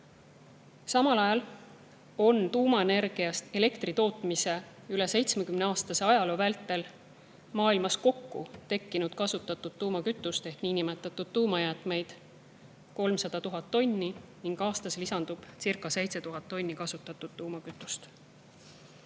Samas on tuumaenergiast elektri tootmise üle 70‑aastase ajaloo vältel maailmas kokku tekkinud 300 000 tonni kasutatud tuumakütust ehk niinimetatud tuumajäätmeid ning aastas lisandubcirca7000 tonni kasutatud tuumakütust.